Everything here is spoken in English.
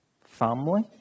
family